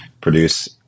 produce